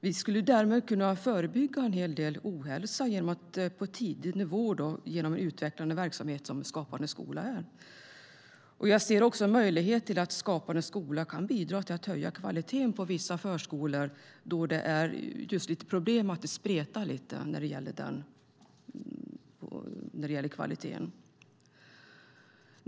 Vi skulle kunna förebygga en hel del ohälsa på ett tidigt stadium genom utvecklande verksamhet som Skapande skola. Jag ser också en möjlighet för Skapande skola att bidra till att höja kvaliteten på vissa förskolor där det är lite problem och spretar lite när det gäller kvaliteten.